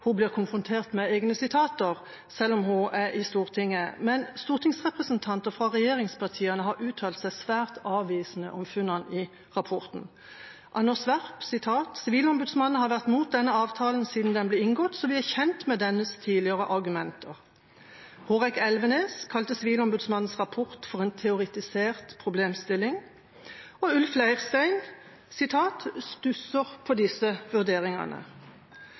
hun blir konfrontert med egne sitater, selv om hun er i Stortinget. Men stortingsrepresentanter fra regjeringspartiene har uttalt seg svært avvisende om funnene i rapporten. Anders Werp: «Sivilombudsmannen har vært mot denne avtalen siden den ble inngått, så vi er kjent med dennes tidligere argumenter.» Hårek Elvenes kalte Sivilombudsmannens rapport for en teoretisert problemstilling, og Ulf Leirstein «stusser på disse vurderingene».